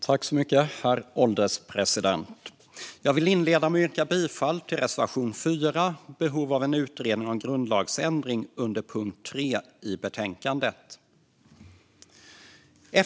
Herr ålderspresident! Jag vill inleda med att yrka bifall till reservation 4, om behov av en utredning om grundlagsändring, under punkt 3 i betänkandet.